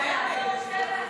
סעיף 2,